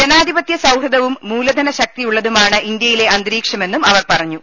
ജനാധിപത്യ സൌഹൃദവും മൂലധന ശക്തി യുള്ളതുമാണ് ഇന്ത്യയിലെ അന്തരീക്ഷമെന്നും അവർ പറഞ്ഞു